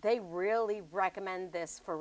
they really recommend this for